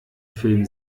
film